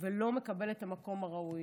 ולא מקבל את המקום הראוי.